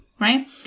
right